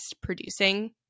producing